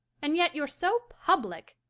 and yet you're so public.